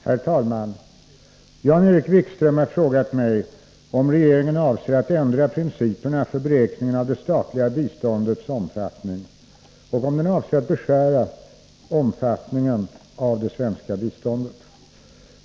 Herr talman! Jan-Erik Wikström har frågat mig om regeringen avser att ändra principerna för beräkningen av det statliga biståndets omfattning och om den avser att beskära omfattningen av det svenska biståndet.